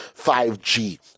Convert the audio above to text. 5G